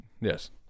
Yes